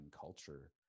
culture